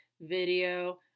video